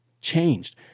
changed